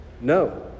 No